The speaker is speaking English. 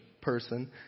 person